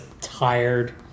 tired